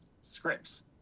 scripts